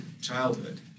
childhood